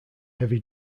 heavy